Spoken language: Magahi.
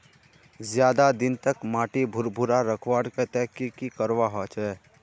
ज्यादा दिन तक माटी भुर्भुरा रखवार केते की करवा होचए?